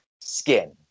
skin